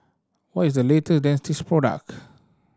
what is the late Dentiste product